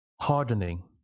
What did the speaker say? hardening